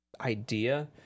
idea